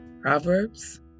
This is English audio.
Proverbs